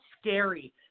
scary